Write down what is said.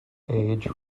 age